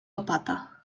opata